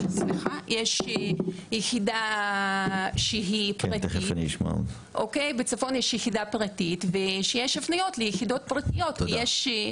יחידה פרטית ויש הפניות ליחידות פרטיות.